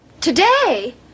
Today